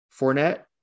Fournette